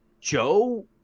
Joe